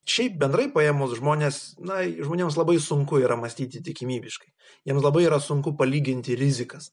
šiaip bendrai paėmus žmonės na žmonėms labai sunku yra mąstyti tikimybiškai jiems labai yra sunku palyginti rizikas